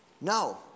No